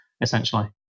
essentially